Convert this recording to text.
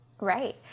Right